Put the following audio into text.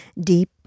deep